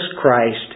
Christ